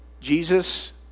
Jesus